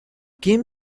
kim